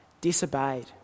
disobeyed